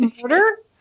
murder